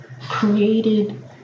created